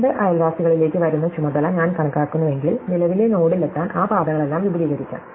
രണ്ട് അയൽവാസികളിലേക്ക് വരുന്ന ചുമതല ഞാൻ കണക്കാക്കുന്നുവെങ്കിൽ നിലവിലെ നോഡിലെത്താൻ ആ പാതകളെല്ലാം വിപുലീകരിക്കാം